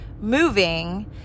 moving